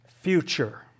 future